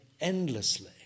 endlessly